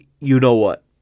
you-know-what